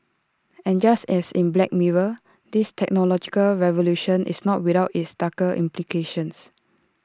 and just as in black mirror this technological revolution is not without its darker implications